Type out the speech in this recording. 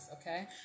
Okay